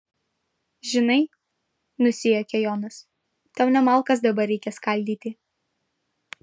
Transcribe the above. žinai nusijuokia jonas tau ne malkas dabar reikia skaldyti